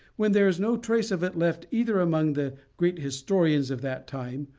when there is no trace of it left either among the great historians of that time,